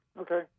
Okay